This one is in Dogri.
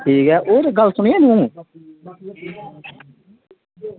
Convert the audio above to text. ओह् इक्क गल्ल सुनी तूं